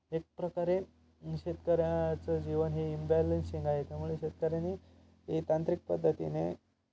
एक प्रकारे शेतकऱ्यांचं जीवन हे इम्बॅलन्सिंग आहे त्यामुळे शेतकऱ्यांनी हे तांत्रिक पद्धतीने